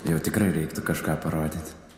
jau tikrai reiktų kažką parodyti